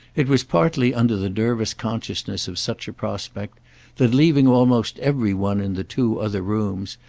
it was partly under the nervous consciousness of such a prospect that, leaving almost every one in the two other rooms,